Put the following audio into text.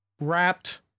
wrapped